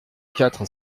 quatre